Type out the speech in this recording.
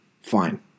Fine